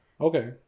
Okay